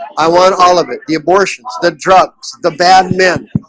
i want all of it the abortions the drugs the bad men